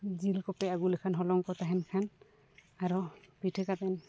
ᱡᱤᱞ ᱠᱚᱯᱮ ᱟᱹᱜᱩ ᱞᱮᱠᱷᱟᱱ ᱦᱚᱞᱚᱝ ᱠᱚ ᱛᱟᱦᱮᱱ ᱠᱷᱟᱱ ᱟᱨᱚ ᱯᱤᱴᱷᱟᱹ ᱠᱟᱛᱮᱫ